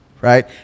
right